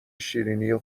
شیرینی